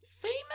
famous